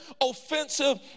offensive